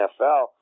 NFL